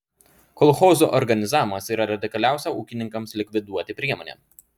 kolchozų organizavimas yra radikaliausia ūkininkams likviduoti priemonė